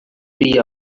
bila